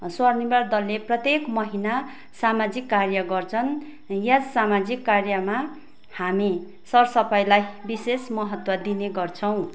स्वनिर्भर दलले प्रत्येक महिना सामाजिक कार्य गर्छन् यस सामाजिक कार्यमा हामी सर सफाइलाई विशेष महत्त्व दिने गर्छौ